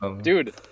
dude